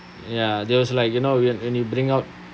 ya there was like you know when when you bring out